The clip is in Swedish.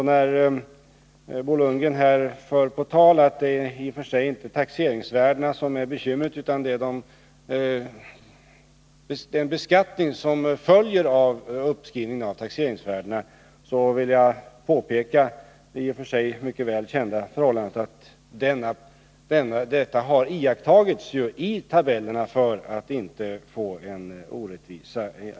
När Bo Lundgren här för på tal att det i och för sig inte är taxeringsvärdena som är bekymret utan den beskattning som följer av uppskrivningen av taxeringsvärdena, vill jag därför peka på det i och för sig mycket väl kända förhållandet att detta ju har iakttagits i tabellerna för att vi inte skall få en orättvisa.